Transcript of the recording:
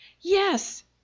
Yes